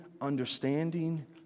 understanding